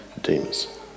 Demas